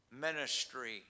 ministry